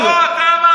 לא, אתה אמרת.